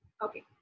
Okay